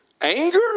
Anger